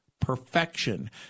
perfection